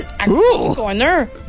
corner